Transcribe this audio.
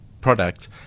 product